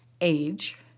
age